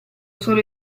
solo